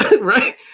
right